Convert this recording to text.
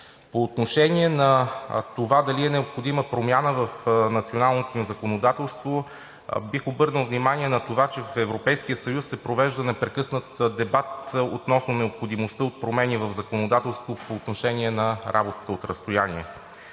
По отношение на това дали е необходима промяна в националното ни законодателство. Бих обърнал внимание на това, че в Европейския съюз се провежда непрекъснат дебат относно необходимостта от промени в законодателството по отношение на работата от разстояние.